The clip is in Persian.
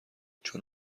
چون